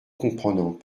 comprenant